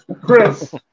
Chris